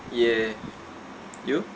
yeah you